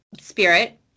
spirit